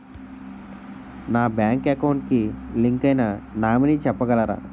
నా bank account కి link అయినా నామినీ చెప్పగలరా?